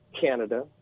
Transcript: Canada